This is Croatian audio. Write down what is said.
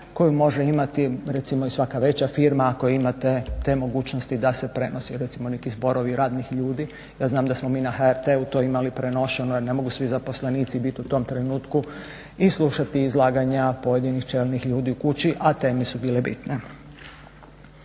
koju može imati recimo i svaka veća firma ako imate te mogućnosti da se prenose recimo neki zborovi radnih ljudi. Ja znam da smo mi na HRT-u to imali prenošeno, jer ne mogu svi zaposlenici bit u tom trenutku i slušati izlaganja pojedinih čelnih ljudi u kući, a teme su bile bitne.